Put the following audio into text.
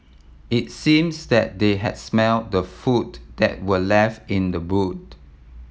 it seems that they had smelt the food that were left in the boot